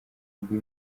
ndwi